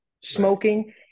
smoking